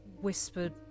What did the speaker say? Whispered